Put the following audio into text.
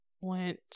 went